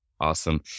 Awesome